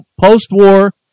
post-war